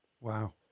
wow